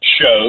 shows